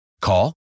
Call